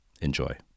Enjoy